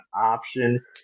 option